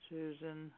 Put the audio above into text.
Susan